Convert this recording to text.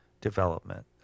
development